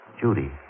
Judy